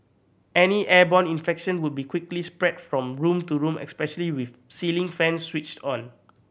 any airborne infection would be quickly spread from room to room especially with ceiling fans switched on